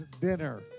dinner